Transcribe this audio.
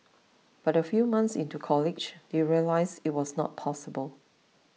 but a few months into college they realised it was not possible